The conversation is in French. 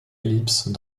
ellipse